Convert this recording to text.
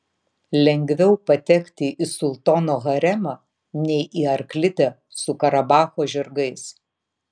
lengviau patekti į sultono haremą nei į arklidę su karabacho žirgais